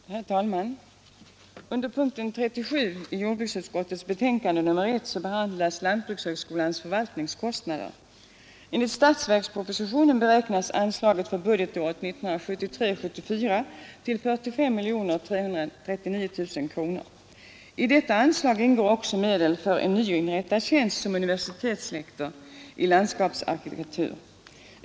Herr talman! Under punkt 37 i jordbruksutskottets betänkande nr 1 behandlas lantbrukshögskolans förvaltningskostnader. Enligt statsverkspropositionen beräknas anslaget för budgetåret 1973/74 till 45 339 000 kronor. I detta anslag ingår också medel för en nyinrättad tjänst som universitetslektor i landskapsarkitektur.